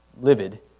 livid